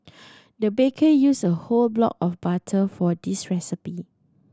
the baker used a whole block of butter for this recipe